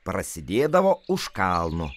prasidėdavo už kalno